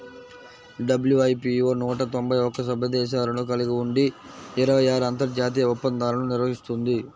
WIPO నూట తొంభై ఒక్క సభ్య దేశాలను కలిగి ఉండి ఇరవై ఆరు అంతర్జాతీయ ఒప్పందాలను నిర్వహిస్తుంది